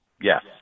Yes